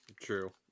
True